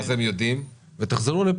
קיבלנו.